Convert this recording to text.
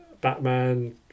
Batman